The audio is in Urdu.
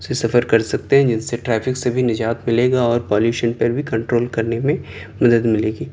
سے سفر کر سکتے ہیں جن سے ٹرافک سے بھی نجات ملے گا اور پالیوشن پر بھی کنٹرول کرنے میں مدد ملے گی